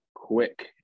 Quick